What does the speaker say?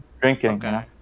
drinking